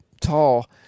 tall